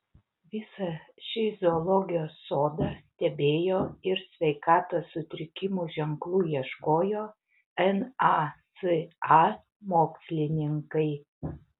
visą šį zoologijos sodą stebėjo ir sveikatos sutrikimų ženklų ieškojo nasa mokslininkai